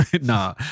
Nah